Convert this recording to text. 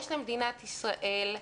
יש למדינת ישראל,